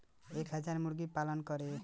एक हज़ार मुर्गी पालन करे खातिर केतना जगह लागी?